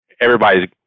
everybody's